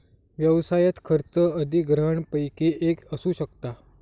व्यवसायात खर्च अधिग्रहणपैकी एक असू शकता